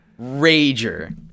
Rager